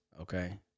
okay